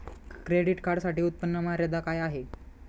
Credit कार्डसाठी उत्त्पन्न मर्यादा काय आहे?